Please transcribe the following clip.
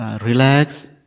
Relax